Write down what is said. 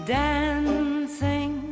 dancing